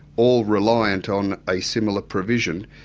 all reliant on a similar provision,